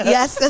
Yes